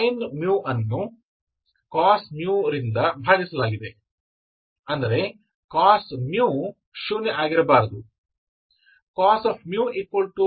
ಆದ್ದರಿಂದ sin ವನ್ನು cos μ ರಿಂದ ಭಾಗಿಸಲಾಗಿದೆ ಅಂದರೆ cos μ ಶೂನ್ಯ ಆಗಿರಬಾರದು